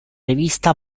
rivista